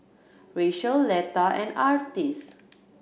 Rachael Letha and Artis